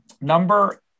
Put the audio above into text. number